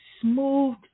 smooth